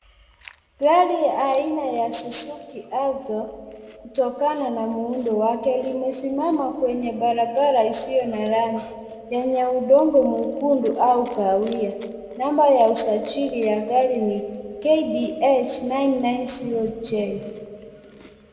Gari aina ya Suzuki Alto kutokana na muundo wake limesimama kwenye barabara isiyo na rangi yenye udongo mwekundu au kahawia. Namba ya usajili ya gari ni KDH 990J.